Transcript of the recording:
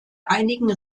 einigen